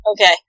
Okay